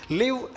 live